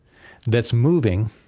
that's moving,